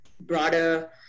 broader